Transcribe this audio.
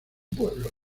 pueblo